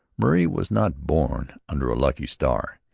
murray was not born under a lucky star.